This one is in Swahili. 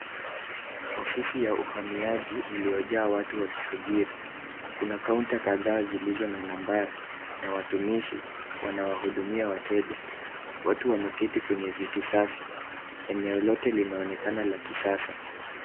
Ofisi ya uhamiaji iliyojaa watu wakisubiri. Kuna kaunta kadhaa zilizo na nambari na watumishi wanawahudumia wateja. Watu wameketi kwenye viti safi. Eneo lote linaonekana la kisasa.